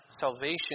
salvation